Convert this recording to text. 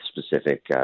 specific